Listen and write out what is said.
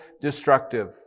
destructive